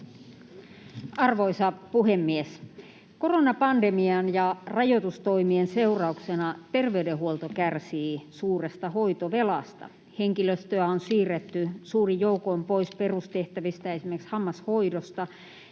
Arvoisa puhemies! Koronapandemian ja rajoitustoimien seurauksena terveydenhuolto kärsii suuresta hoitovelasta. Henkilöstöä on siirretty suurin joukoin pois perustehtävistä, esimerkiksi hammashoidosta,